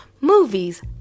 movies